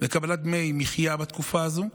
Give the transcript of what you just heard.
קבלת דמי מחיה בתקופה הזו,